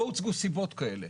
לא הוצגו סיבות כאלה.